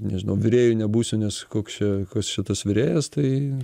nežinau virėju nebūsiu nes koks čia kas čia tas virėjas tai